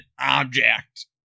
object